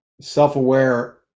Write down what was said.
self-aware